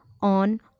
on